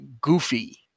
goofy